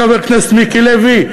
חבר הכנסת מיקי לוי,